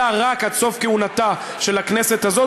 אלא רק עד סוף כהונתה של הכנסת הזאת,